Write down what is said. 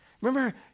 Remember